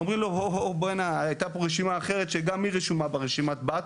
אומרים לו בואנ'ה הייתה פה רשימה אחרת שגם היא רשומה ברשימת הבת,